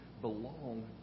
belong